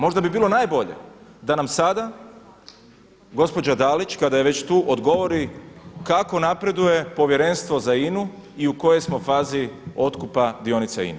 Možda bi bilo najbolje da nam sada gospođa Dalić kada je već tu, odgovori kako napreduje povjerenstvo za INA-u i u kojoj smo fazi otkupa dionica INA-e.